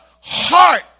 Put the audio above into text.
Heart